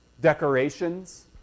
Decorations